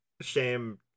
shame